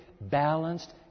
balanced